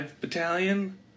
battalion